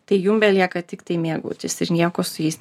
tai jum belieka tiktai mėgautis ir nieko su jais